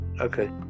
Okay